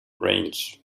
range